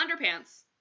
Underpants